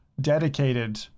dedicated